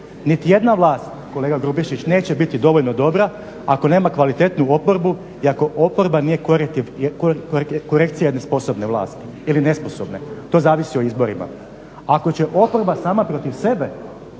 Niti jedna vlast, kolega Grubišić, neće biti dovoljno dobra ako nema kvalitetnu oporbu i ako oporba nije korekcija jedne sposobne vlasti ili nesposobne. To zavisi o izborima. Ako će oporba sama protiv sebe,